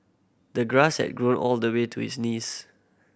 the grass had grown all the way to his knees